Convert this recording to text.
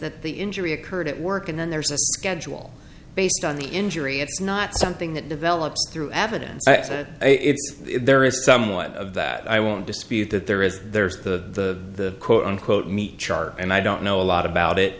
that the injury occurred at work and then there's a schedule based on the injury it's not something that develops through avodah if there is somewhat of that i won't dispute that there is there's the quote unquote meet chart and i don't know a lot about it